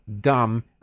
dumb